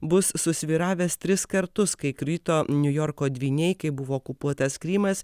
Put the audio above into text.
bus susvyravęs tris kartus kai krito niujorko dvyniai kai buvo okupuotas krymas